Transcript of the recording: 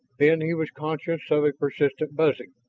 then he was conscious of a persistent buzzing,